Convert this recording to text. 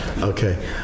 Okay